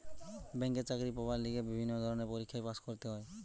ব্যাংকে চাকরি পাবার লিগে বিভিন্ন ধরণের পরীক্ষায় পাস্ করতে হয়